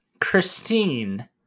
Christine